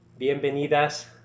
Bienvenidas